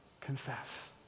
Confess